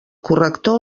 corrector